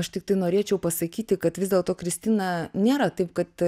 aš tiktai norėčiau pasakyti kad vis dėlto kristina nėra taip kad